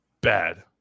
Bad